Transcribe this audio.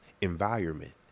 environment